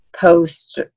post